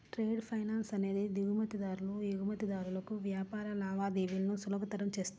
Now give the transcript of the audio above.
trade finance అనేది దిగుమతిదారులు, ఎగుమతిదారులకు వ్యాపార లావాదేవీలను సులభతరం చేస్తుంది